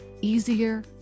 easier